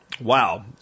Wow